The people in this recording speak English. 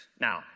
Now